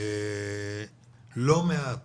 לא מעט